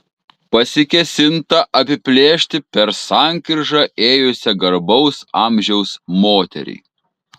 pasikėsinta apiplėšti per sankryžą ėjusią garbaus amžiaus moterį